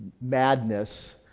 madness